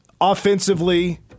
Offensively